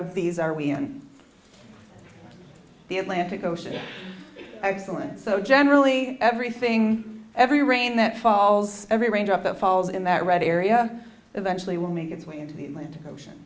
of these are we in the atlantic ocean excellent so generally everything every rain that falls every range up that falls in that red area eventually will make its way into the atlantic ocean